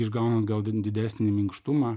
išgaunant gal di didesnį minkštumą